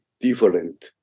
different